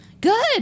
Good